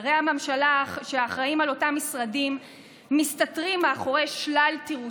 שרי הממשלה שאחראים על אותם משרדים מסתתרים מאחורי שלל תירוצים.